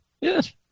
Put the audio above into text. Yes